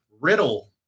Riddle